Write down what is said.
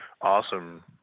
awesome